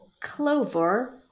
clover